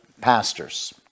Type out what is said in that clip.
pastors